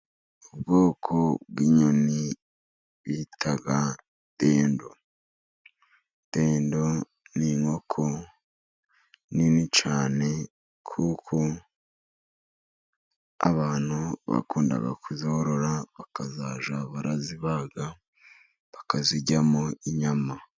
Ubwoko bw'inyoni bita ndedo, ndendo n'inkoko nini cyane kuko abantu bakunda kuzorora, bakazajya barazibaga bakaziryamo inyama.